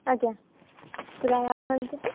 ଆଜ୍ଞା କେତେ ଟଙ୍କା ଆଡ଼୍ଭାନ୍ସ ଦେବି